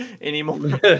anymore